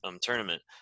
tournament